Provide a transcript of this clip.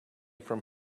from